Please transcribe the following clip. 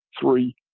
three